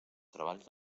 treballs